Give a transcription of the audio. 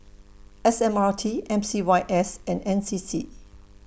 S M R T M C Y S and N C C